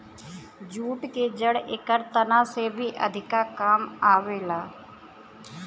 jute के जड़ एकर तना से भी अधिका काम आवेला